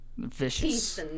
Vicious